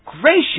gracious